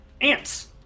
ants